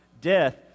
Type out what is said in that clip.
death